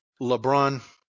LeBron